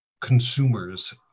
consumers